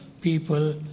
people